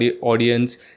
audience